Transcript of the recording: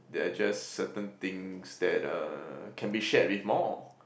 there are just certain things that uh can be shared with more